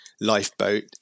lifeboat